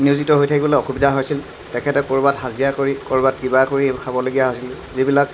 নিয়োজিত হৈ থাকিবলৈ অসুবিধা হৈছিল তেখেতে ক'ৰবাত হাজিৰা কৰি ক'ৰবাত কিবা কৰি এইবোৰ খাবলগীয়া হৈছিলে যিবিলাক